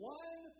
one